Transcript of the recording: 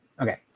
Okay